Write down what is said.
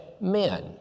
men